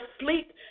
sleep